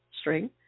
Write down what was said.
string